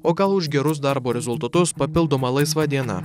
o gal už gerus darbo rezultatus papildoma laisva diena